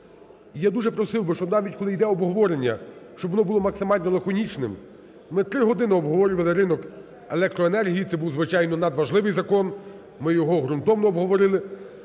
Я дуже просив би, щоб навіть, коли йде обговорення, щоб воно було максимально лаконічним. Ми три години обговорювали ринок електроенергії, це був, звичайно, надважливий закон, ми його ґрунтовно обговорили,